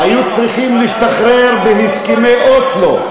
היו צריכים להשתחרר בהסכמי אוסלו.